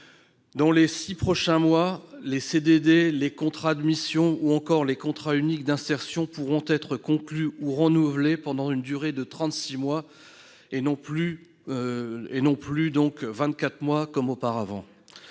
Dans les six prochains mois, les CDD, les contrats de mission ou encore les contrats uniques d'insertion pourront être conclus ou renouvelés pendant une durée de trente-six mois, contre vingt-quatre mois auparavant.